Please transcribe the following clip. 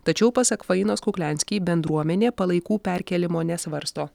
tačiau pasak fainos kukliansky bendruomenė palaikų perkėlimo nesvarsto